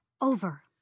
Over